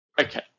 Okay